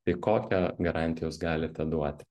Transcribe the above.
tai kokią garantiją jūs galite duoti